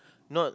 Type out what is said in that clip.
not